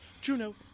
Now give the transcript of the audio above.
Juno